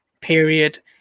period